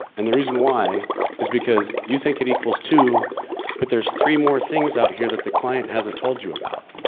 and the reason why is because you think it equals two but there's three more things out here that the client hasn't told you about.